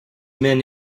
men